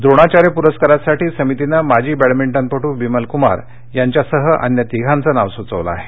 द्रोणाचार्य पुरस्कारासाठी समितीनं माजी बॅडमिंटनपट्र विमल कूमार यांच्यासह अन्य तिघांचं नाव सूचवलं आहे